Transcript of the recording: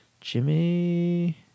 Jimmy